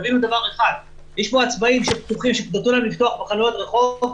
יש עצמאים שנתנו להם לפתוח חנויות רחוב,